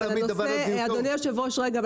אדוני היו"ר רגע,